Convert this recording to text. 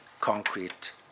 concrete